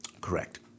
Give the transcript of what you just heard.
Correct